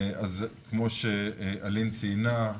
אז כמו שאלין ציינה,